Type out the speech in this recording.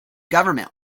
government